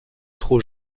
trop